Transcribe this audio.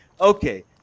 Okay